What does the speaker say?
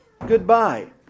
goodbye